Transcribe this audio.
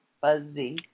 fuzzy